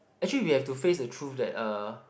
actually we have to face the truth that uh